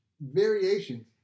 variations